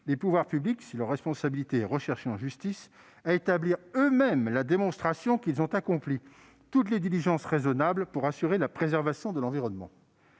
les pouvoirs publics, si leur responsabilité est recherchée en justice, à établir eux-mêmes la démonstration qu'ils ont accompli toutes les diligences raisonnables pour assurer la préservation de l'environnement.